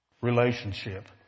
relationship